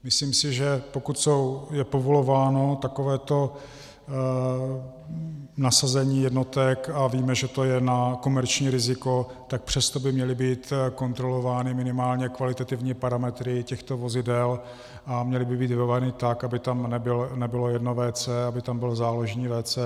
Myslím si, že pokud je povolováno takovéto nasazení jednotek, a víme, že to je na komerční riziko, tak přesto by měly být kontrolovány minimálně kvalitativní parametry těchto vozidel a měly by být vybavovány tak, aby tam nebylo jedno WC, aby tam bylo záložní WC.